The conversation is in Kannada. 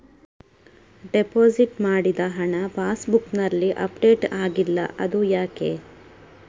ಡೆಪೋಸಿಟ್ ಮಾಡಿದ ಹಣ ಪಾಸ್ ಬುಕ್ನಲ್ಲಿ ಅಪ್ಡೇಟ್ ಆಗಿಲ್ಲ ಅದು ಯಾಕೆ?